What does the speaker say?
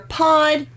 pod